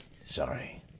sorry